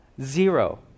zero